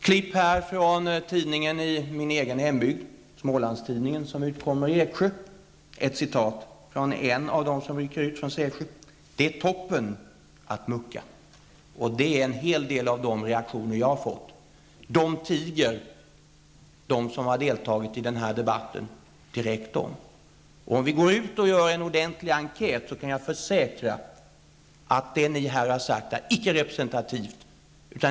Jag har här ett klipp ur en tidning från min egen hembygd, Smålandstidningen, som utkommer i Eksjö, där det sägs: Det är toppen att mucka. En hel del av de reaktioner jag har fått är av samma slag. De reaktionerna tiger de som deltagit i den här debatten om. Om vi gör en ordentlig enkät kan jag försäkra att det ni här har sagt icke är representativt.